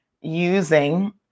using